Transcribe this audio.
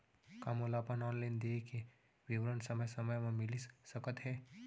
का मोला अपन ऑनलाइन देय के विवरण समय समय म मिलिस सकत हे?